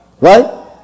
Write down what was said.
Right